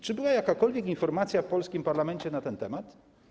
Czy była jakakolwiek informacja w polskim parlamencie na ten temat?